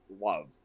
love